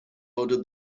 ordered